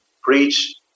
preach